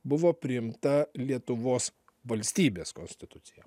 buvo priimta lietuvos valstybės konstitucija